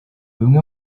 bimwe